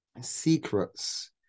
secrets